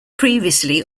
previously